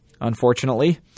unfortunately